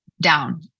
down